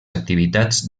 activitats